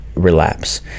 relapse